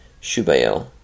Shuba'el